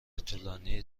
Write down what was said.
طولانی